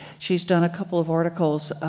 she's done a couple of articles.